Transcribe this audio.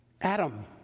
Adam